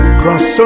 cross